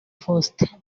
faustin